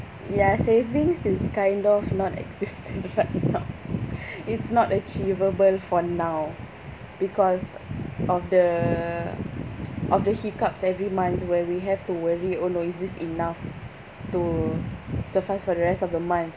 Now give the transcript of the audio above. ya savings is kind of non-existent right now it's not achievable for now because of the of the hiccups every month where we have to worry oh no is this enough to suffice for the rest of the month